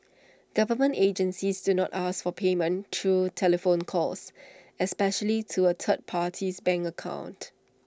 government agencies do not ask for payment through telephone calls especially to A third party's bank account